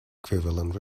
equivalent